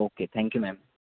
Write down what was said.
okay thank you ma'am